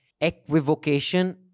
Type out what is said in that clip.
equivocation